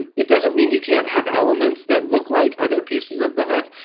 it doesn't mean you can't have elements that look like other pieces of the hook,